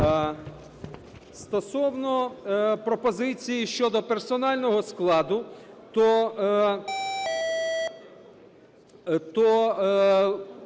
Стосовно пропозицій щодо персонального складу, то